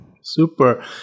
super